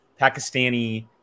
Pakistani